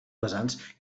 vessants